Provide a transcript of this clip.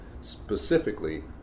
specifically